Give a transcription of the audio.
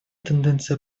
тенденция